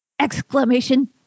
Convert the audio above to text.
Exclamation